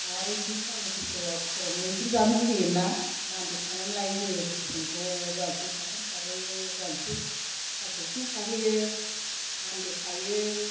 आरो बिदिनो फागुन सैत्रिआव बहराव मैद्रु जानो लुबैयो ना मान्दे खानानै लायो जों लोगोफोरजों ज' जासै साथाम साब्रै ज' जासै थास' बिसं खाहैयो मानदे खायो